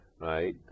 right